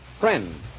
friend